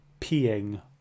peeing